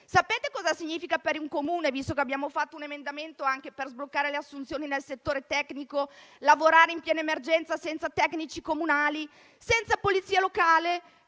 Sapete cosa significa, per un Comune - visto che abbiamo presentato un emendamento anche per sbloccare le assunzioni nel settore tecnico - lavorare in piena emergenza senza tecnici comunali né polizia locale?